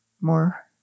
more